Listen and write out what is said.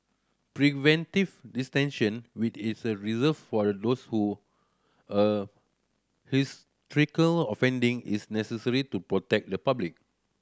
preventive which is a reserved for those offending is necessary to protect the public